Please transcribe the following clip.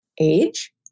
Age